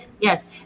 yes